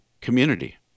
community